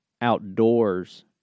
outdoors